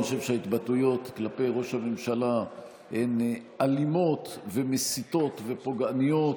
אני חושב שההתבטאויות כלפי ראש הממשלה הן אלימות ומסיתות ופוגעניות,